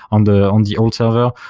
on the on the old server,